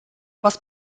was